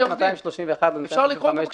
אני עורך דין, האם אפשר לקרוא את הסעיף?